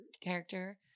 character